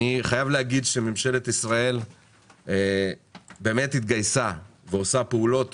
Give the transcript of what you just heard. אני חייב להגיד שממשלת ישראל באמת התגייסה ועושה פעולות